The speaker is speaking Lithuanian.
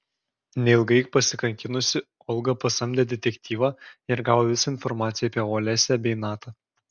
neilgai pasikankinusi olga pasamdė detektyvą ir gavo visą informaciją apie olesią bei natą